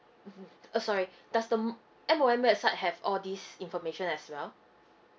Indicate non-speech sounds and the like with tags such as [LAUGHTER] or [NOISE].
mmhmm uh sorry [BREATH] does the m~ M_O_M website have all this information as well